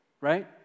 right